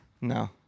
No